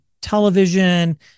television